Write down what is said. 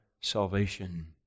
salvation